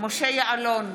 משה יעלון,